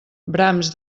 brams